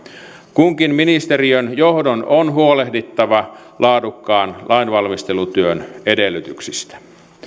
kunkin ministeriön johdon on huolehdittava laadukkaan lainvalmistelutyön edellytyksistä